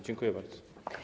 Dziękuję bardzo.